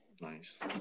nice